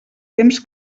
temps